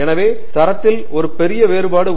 எனவே தரத்திலே ஒரு பெரிய வேறுபாடு உள்ளது